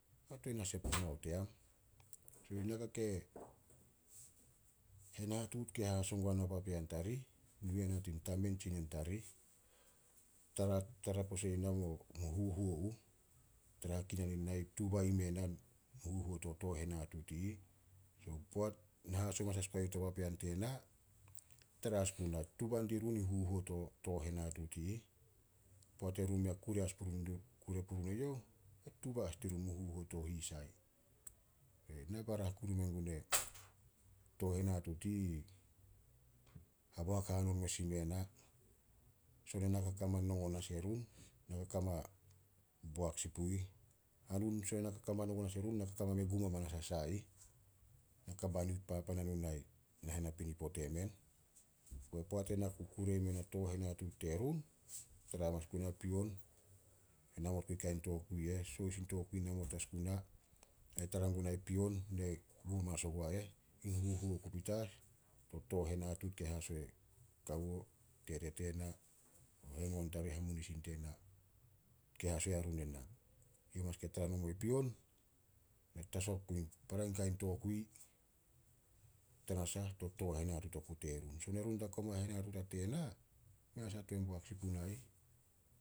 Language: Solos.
Mei tuan na sep puna o team, naka ke, henatuut ke haso guna o papean tarih, nu yana tin tsinen, tamen tarih, tara- tara pose i na mo- mo huhuo uh. Tarahakinan i na, tuba ime na huhuo to tooh henatuut i ih. Poat na haso amanas guai youh to papean tena, tara as guna tuba dirun in huhuo to tooh henatuut i ih. Poat e run mei kure as kure purun e youh, e tuba as dirun o huhuo to hisai. Na barah kuru mengun o tooh henatuut i ih, haboak hanon mes ime na. Son ena ka kama nongon as erun, na ka kama boak sin pu ih. Hanun son ena ka kama nongon as erun, na ka kama me gum as a ih. Na ka baniut papan hanun ai nahen napinipo temen. Poat ena ku kure i meh na tooh henatuut terun, tara hamanas gunai pion, na namot gun kain tokui eh, sohis in tokui namot as guna. Ai tara gunai pion gum hamanas ogua eh, yin huhuo oku petas to tooh henatuut kei haso e kawo, tete tena, hengon tarih, hamunisin tena. Youh ke tara hamanas nomo i pion, na tasok gun para kain tokui, tanasah to tooh henatuut oku terun. Son erun da koma henatuut a tena, mei asah tuan boak sin puna ih.